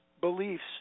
beliefs